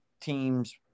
teams